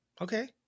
Okay